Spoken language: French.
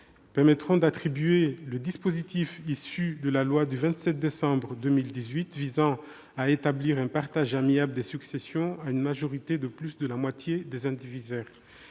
ailleurs, d'adapter le dispositif issu de la loi du 27 décembre 2018 visant à établir un partage amiable des successions à une majorité de plus de la moitié des indivisaires.